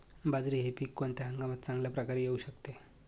बाजरी हे पीक कोणत्या हंगामात चांगल्या प्रकारे येऊ शकते?